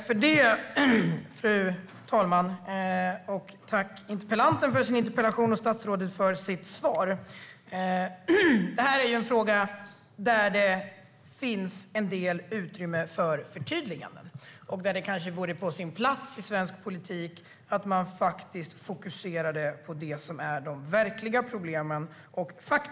Fru talman! Tack till interpellanten för interpellationen och till statsrådet för svaret! Detta är en fråga där det finns en del utrymme för förtydliganden, och det vore kanske på sin plats i svensk politik att man fokuserade på det som är de verkliga problemen.